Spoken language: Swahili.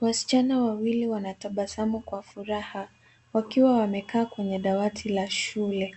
Wasichana wawili wanatabasamu kwa furaha, wakiwa wamekaa kwenye dawati la shule.